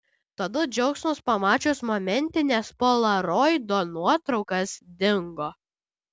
tada džiaugsmas pamačius momentines polaroido nuotraukas dingo